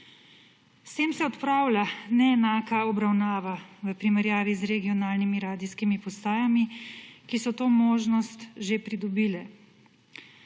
S tem se odpravlja neenaka obravnava v primerjavi z regionalnimi radijskimi postajami, ki so to možnost že pridobile.